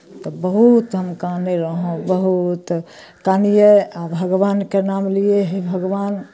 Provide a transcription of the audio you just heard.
तब बहुत हम कानय रहौं बहुत कनियै आओर भगवानके नाम लियै हे भगवान